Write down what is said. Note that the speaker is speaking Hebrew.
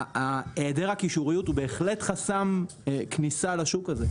היעדר הקישוריות הוא בהחלט חסם כניסה לשוק הזה.